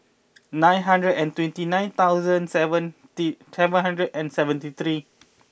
nine hundred and twenty nine thousand seventy seven hundred and seventy three